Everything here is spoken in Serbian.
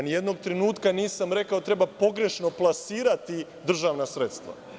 Ni jednog trenutka nisam rekao da treba pogrešno plasirati državna sredstva.